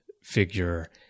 Figure